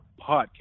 podcast